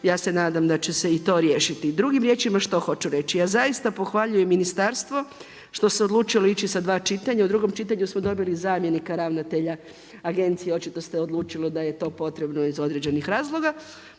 ja se nadam da će se i to riješiti. Drugim riječima što hoću reći? Ja zaista pohvaljujem ministarstvo što se odlučilo ići sa dva čitanja. U drugom čitanju smo dobili zamjenika ravnatelja agencije, očito se odlučilo da je to potrebno iz određenih razloga